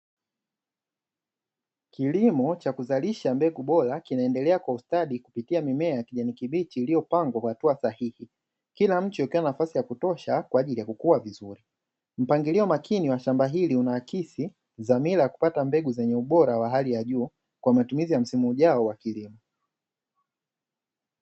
Kilimo cha kuzalisha mbegu bora kinaendelea kwa ustadi kupitia mimea ya kijani kibichi iliyopangwa hatua sahihi, kila mtu akiwa na nafasi ya kutosha kwaajili ya kukua vizuri, mpangilio makini wa shamba hili unaakisi dhamira ya kupata mbegu zenye ubora wa hali ya juu kwa matumizi ya msimu ujao wa kilimo.